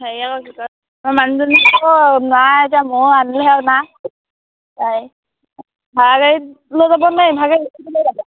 হেৰি আকৌ কি কয় মই মানুহজনী আকৌ নাই এতিয়া মই আনিলেহে অনা তাই ভাড়া গাড়ীত লৈ যাবনে ইভাগে লৈ যাব